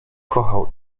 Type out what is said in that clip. kochał